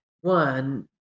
One